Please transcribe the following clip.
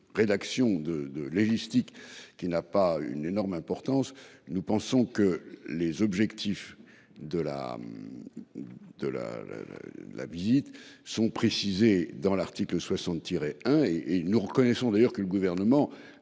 rédaction de de logistique qui n'a pas une énorme importance, nous pensons que les objectifs de la. De la. La visite sont précisé dans l'article 60 tirer hein et et nous reconnaissons d'ailleurs que le gouvernement